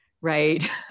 right